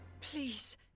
Please